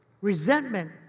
Resentment